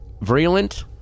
virulent